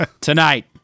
Tonight